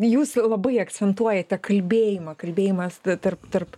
jūs labai akcentuojate kalbėjimą kalbėjimas tarp tarp